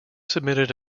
submitted